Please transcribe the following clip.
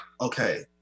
okay